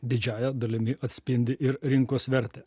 didžiąja dalimi atspindi ir rinkos vertę